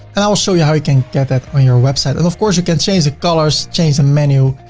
and i'll show you how you can get that on your website. and of course you can change the colors, change the menu,